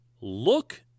look